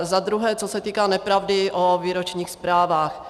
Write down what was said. Za druhé, co se týká nepravdy o výročních zprávách.